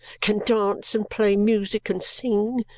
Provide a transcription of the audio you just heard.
can dance, and play music, and sing?